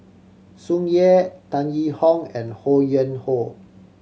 Tsung Yeh Tan Yee Hong and Ho Yuen Hoe